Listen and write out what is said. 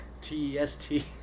T-E-S-T